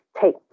take